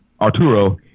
Arturo